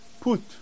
put